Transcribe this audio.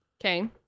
Okay